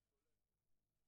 המוצב באתרי בנייה.